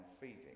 feeding